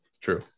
true